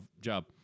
job